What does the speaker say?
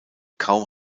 kaum